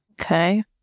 Okay